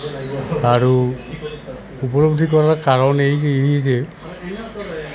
আৰু উপলব্ধি কৰাৰ কাৰণ এই যে